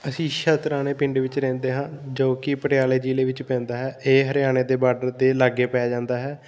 ਅਸੀਂ ਛਤਰਾਣੇ ਪਿੰਡ ਵਿੱਚ ਰਹਿੰਦੇ ਹਾਂ ਜੋ ਕਿ ਪਟਿਆਲੇ ਜ਼ਿਲ੍ਹੇ ਵਿੱਚ ਪੈਂਦਾ ਹੈ ਇਹ ਹਰਿਆਣੇ ਦੇ ਬਾਰਡਰ ਦੇ ਲਾਗੇ ਪੈ ਜਾਂਦਾ ਹੈ